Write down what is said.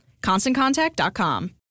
ConstantContact.com